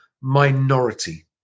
minority